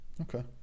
Okay